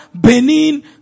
Benin